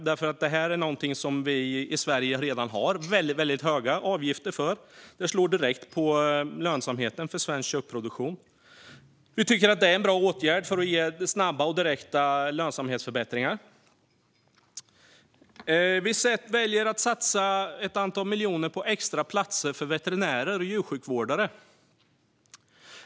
Detta är någonting som vi i Sverige redan har väldigt höga avgifter för, vilket slår direkt mot lönsamheten för svensk köttproduktion. Vi tycker att detta är en bra åtgärd för att ge snabba och direkta lönsamhetsförbättringar. Vi väljer att satsa ett antal miljoner på extra platser för veterinärer och djursjukvårdare.